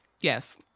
Yes